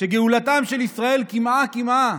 שגאולתם של ישראל קמעא-קמעא,